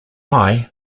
thai